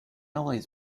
always